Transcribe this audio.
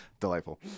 Delightful